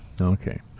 Okay